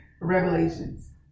Revelations